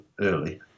early